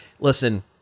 Listen